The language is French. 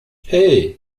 hey